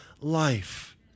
life